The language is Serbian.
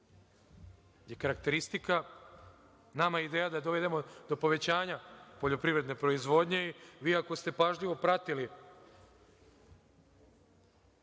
karakteristika. Nama je ideja da dovedemo do povećanja poljoprivredne proizvodnje. Ako ste pažljivo pratili